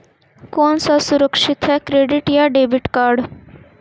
कौन सा सुरक्षित है क्रेडिट या डेबिट कार्ड?